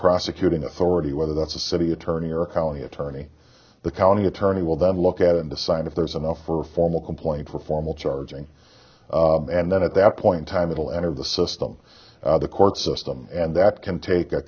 prosecuting authority whether that's a city attorney or county attorney the county attorney will then look at and decide if there's enough for a formal complaint for formal charging and then at that point time it'll end of the system the court system and that can take a